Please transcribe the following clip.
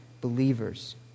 believers